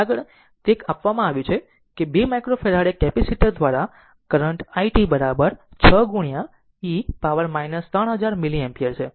આગળ એક તે આપવામાં આવ્યું છે કે 2 માઇક્રોફેરાડે કેપેસિટર દ્વારા current i t 6 e power 3000 milliampere છે